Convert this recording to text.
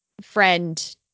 friend